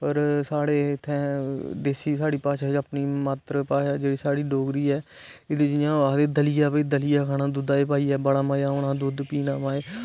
पर साढ़े उत्थै देसी साढ़ी भाशा चे अपनी मातर भाशा जेहड़ी साढ़ी डोगरी ऐ एहदे च जियां ओह् आक्खदे दलिया बी दलिया खाना दुद्धे च पाइयै बड़ा मजा औना दुद्ध पीने दा